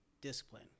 discipline